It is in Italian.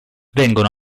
vengono